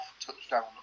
touchdown